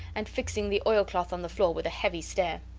and fixing the oilcloth on the floor with a heavy stare.